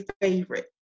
favorite